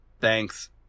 thanks